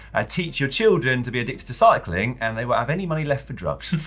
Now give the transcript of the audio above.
ah teach your children to be addicted to cycling and they won't have any money left for drugs.